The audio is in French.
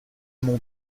mon